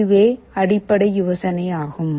இதுவே அடிப்படை யோசனை ஆகும்